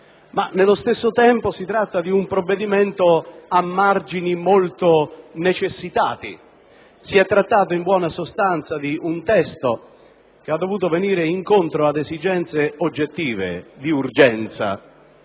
nello stesso tempo, si tratta di un provvedimento con margini molto necessitati. Si è trattato, in buona sostanza, di un testo che ha dovuto venire incontro ad esigenze oggettive di urgenza,